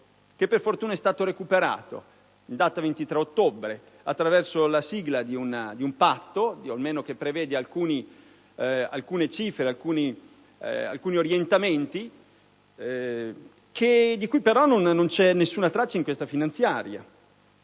che, per fortuna, è stato recuperato in data 23 ottobre attraverso la sigla di un patto, che prevede alcune cifre ed alcuni orientamenti, di cui però non c'è nessuna traccia in questa finanziaria.